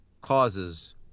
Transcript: causes